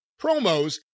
promos